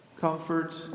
comfort